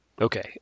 Okay